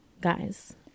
guys